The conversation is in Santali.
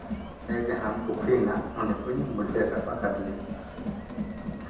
ᱟᱞᱮᱭᱟᱜ ᱡᱟᱦᱟᱸ ᱯᱩᱠᱷᱨᱤ ᱢᱮᱱᱟᱜ ᱚᱰᱸᱮ ᱠᱷᱚᱱᱤᱧ ᱵᱟᱹᱲᱥᱤ ᱨᱟᱠᱟᱵ ᱟᱠᱟᱫᱮᱭᱟ